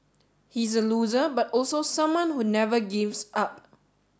he's a loser but also someone who never gives up